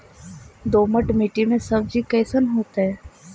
दोमट मट्टी में सब्जी कैसन होतै?